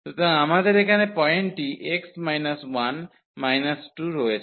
সুতরাং আমাদের এখানে পয়েন্টটি x 1 2 রয়েছে